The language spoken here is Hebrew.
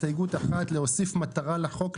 להוסיף מטרה לחוק,